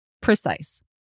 precise